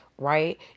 right